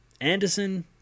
Anderson